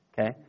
Okay